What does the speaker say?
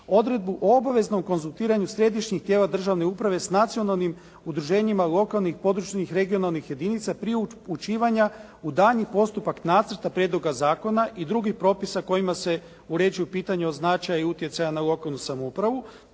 odredbu o obaveznom konzultiranju središnjih tijela državne uprave s nacionalnim udruženjima lokalnih, područnih, regionalnih jedinica prije upućivanja u daljnji postupak Nacrta prijedloga zakona i drugih propisa kojima se uređuju pitanja od značaja i utjecaja na lokalnu samoupravu